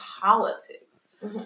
politics